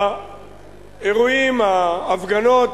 באירועים, ההפגנות,